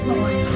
Lord